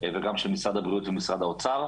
וגם של משרד הבריאות ושל משרד האוצר.